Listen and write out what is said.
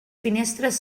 finestres